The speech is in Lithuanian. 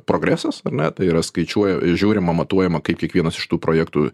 progresas ar ne tai yra skaičiuoja žiūrima matuojama kaip kiekvienas iš tų projektų